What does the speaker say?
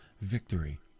victory